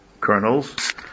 kernels